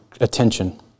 attention